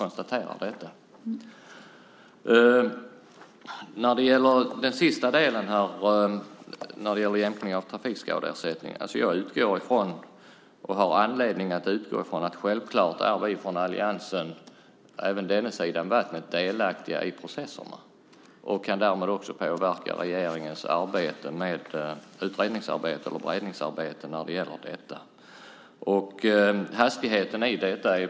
När det gäller jämkningen av trafikskadeersättningen utgår jag från - och det har jag anledning att göra - att vi i alliansen även på denna sida vattnet kommer att vara delaktiga i processerna. Därmed kan vi också påverka regeringens arbete med beredningen av detta.